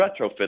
retrofit